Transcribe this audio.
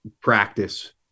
practice